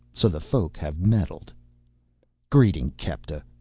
so the folk have meddled greeting, kepta.